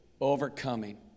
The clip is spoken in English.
overcoming